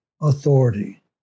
authority